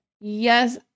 Yes